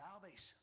salvation